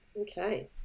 Okay